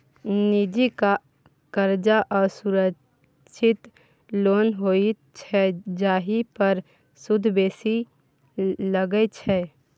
निजी करजा असुरक्षित लोन होइत छै जाहि पर सुद बेसी लगै छै